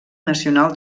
nacional